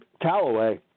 Callaway